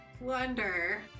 Wonder